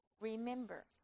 Remember